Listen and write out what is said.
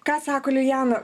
ką sako lijana